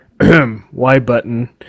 Y-button